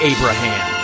Abraham